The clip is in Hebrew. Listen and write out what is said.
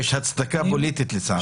יש הצדקה פוליטית, לצערי.